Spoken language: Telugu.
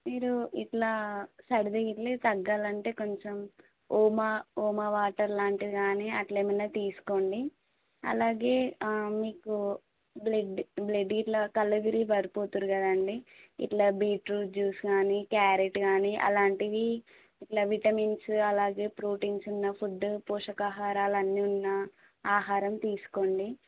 మీరు ఇట్లా సర్ది గిట్ల తగ్గాలి అంటే కొంచెం ఓమ వార్మ్ వాటర్ లాంటివి కానీ అట్లా ఏమైన తీసుకోండి అలాగే మీకు బ్లడ్ బ్లడ్ గిట్ల కళ్ళు తిరిగి పడిపోతుర్రు కదండి ఇట్లా బీట్రూట్ జ్యూస్ కానీ క్యారెట్ కానీ అలాంటివి ఇట్లా విటమిన్స్ అలాగే ప్రోటీన్స్ ఉన్న ఫుడ్ పోషకాహారాలు అన్నీ ఉన్న ఆహారం తీసుకోండి